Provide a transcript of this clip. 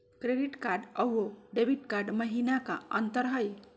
Credit card अरू debit card महिना का अंतर हई?